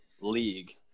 league